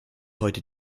heute